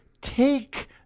take